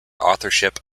authorship